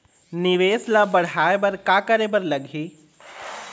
निवेश ला बड़हाए बर का करे बर लगही?